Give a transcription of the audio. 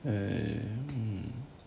um eh